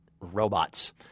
robots